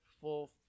full